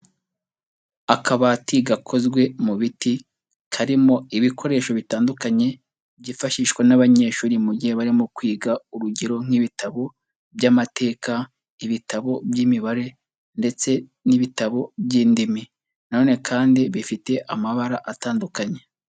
Akabati gakozwe mu biti karimo ibikoresho bitandukanye byifashishwa n'abanyeshuri mu gihe barimo kwiga, urugero nk'ibitabo by'amateka, ibitabo by'imibare ndetse n'ibitabo by'indimi. Na none kandi bifite amabara atandukanye.